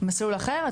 מסלול אחר?